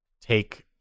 take